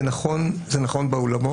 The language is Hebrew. זה נכון באולמות,